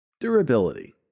Durability